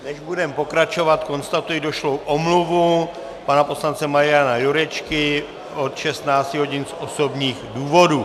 Než budeme pokračovat, konstatuji došlou omluvu pana poslance Mariana Jurečky od 16 hodin z osobních důvodů.